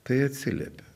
tai atsiliepia